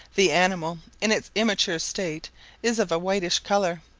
the animal in its immature state is of a whitish colour,